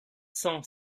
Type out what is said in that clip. cent